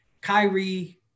Kyrie